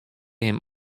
him